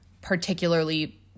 particularly